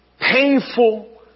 painful